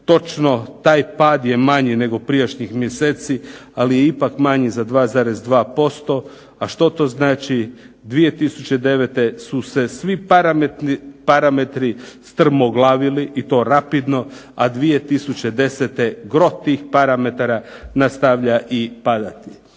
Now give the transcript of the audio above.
Točno, taj pad je manji nego prijašnjih mjeseci ali je ipak manji za 2,2% a što to znači, 2009. su se svi parametri strmoglavili i to rapidno, a 2010. gro tih parametara nastavlja i padati.